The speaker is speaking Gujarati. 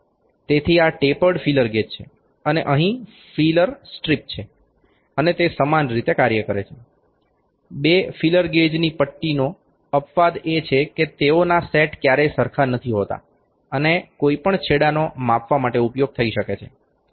તેથી આ ટેપર્ડ ફીલર ગેજ છે અને અહી ફીલર સ્ટ્રીપ છે અને તે સમાન રીતે કાર્ય કરે છે બે ફીલર ગેજની પટ્ટીનો અપવાદ એ છે કે તેઓના સેટ ક્યારેય સરખા હોતા નથી અને કોઇપણ છેડાનો માપવા માટે ઉપયોગ થઇ શકે છે